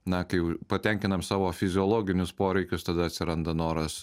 na kai patenkinam savo fiziologinius poreikius tada atsiranda noras